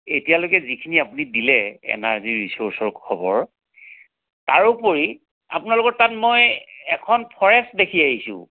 এতিয়ালৈকে যিখিনি আপুনি দিলে এনাৰ্জীৰ ৰিচোৰ্চৰ খবৰ তাৰোপৰি আপোনালোকৰ তাত মই এখন ফৰেষ্ট দেখি আহিছোঁ